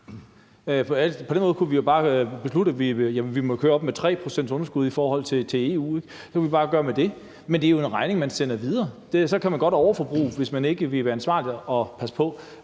anden måde kunne vi bare beslutte, at vi vil køre med et underskud på 3 pct. i forhold til EU. Det kunne vi bare gøre, men det er jo en regning, man så sender videre. Så man kan godt overforbruge, hvis ikke man vil være ansvarlig og passe på